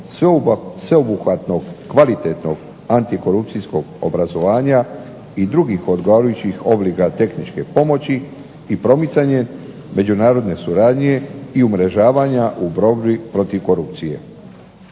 sveobuhvatnog kvalitetnog antikorupcijskog obrazovanja i drugih odgovarajućih oblika tehničke pomoći i promicanje međunarodne suradnje i umrežavanja u borbi protiv korupcije.